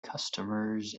customers